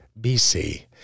BC